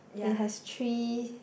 it has three